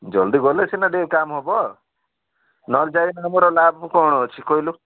ଜଲ୍ଦି ଗଲେ ସିନା ଟିକେ କାମ ହବ ନହେଲେ ଲାଭ କ'ଣ ଅଛି କହିଲୁ